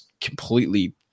completely